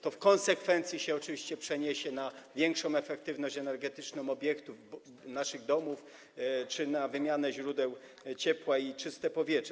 To w konsekwencji oczywiście przeniesie się na większą efektywność energetyczną obiektów, naszych domów czy na wymianę źródeł ciepła i czyste powietrze.